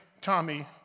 Tommy